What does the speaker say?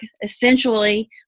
essentially